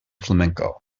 flamenco